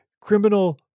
criminal